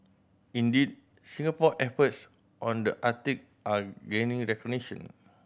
indeed Singapore efforts on the Arctic are gaining recognition